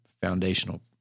foundational